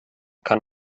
kann